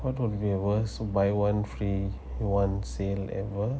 what would be the worse buy one free one sale and what